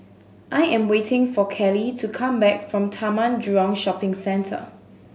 I am waiting for Cali to come back from Taman Jurong Shopping Centre